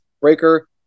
Breaker